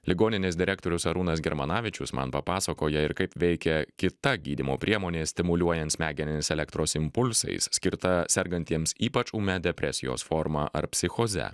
ligoninės direktorius arūnas germanavičius man papasakoja ir kaip veikia kita gydymo priemonės stimuliuojant smegenis elektros impulsais skirta sergantiems ypač ūmia depresijos forma ar psichoze